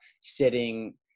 sitting